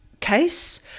case